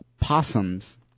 possums